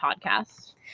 podcast